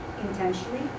intentionally